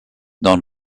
non